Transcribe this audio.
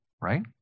Right